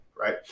right